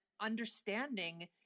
understanding